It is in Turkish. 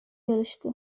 yarıştı